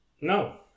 No